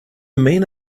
mean